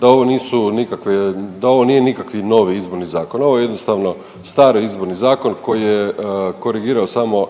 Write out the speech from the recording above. da ovo nije nikakvi novi Izborni zakon, ovo je jednostavno stari Izborni zakon koji je korigirao samo